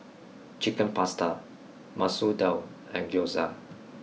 Chicken Pasta Masoor Dal and Gyoza